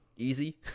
easy